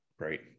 Right